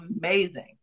amazing